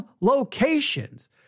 locations